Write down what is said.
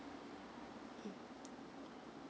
hmm